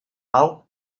mal